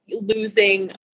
losing